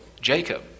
Jacob